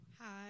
Hi